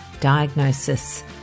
diagnosis